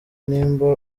nimba